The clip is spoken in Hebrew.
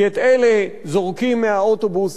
כי את אלה זורקים מהאוטובוס,